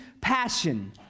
passion